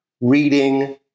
Reading